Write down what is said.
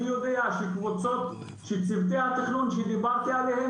אני יודע שקבוצות של צוותי התכנון שדיברתי עליהם